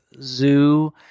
Zoo